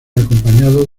acompañados